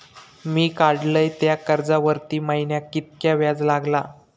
मी काडलय त्या कर्जावरती महिन्याक कीतक्या व्याज लागला?